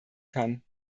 kann